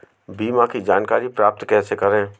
बीमा की जानकारी प्राप्त कैसे करें?